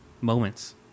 moments